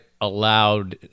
allowed